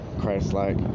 Christ-like